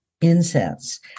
incense